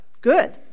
good